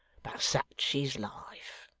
sich is life